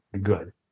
good